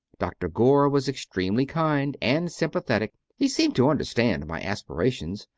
dr. gore was extremely kind and sympathetic he seemed to understand my aspira tions,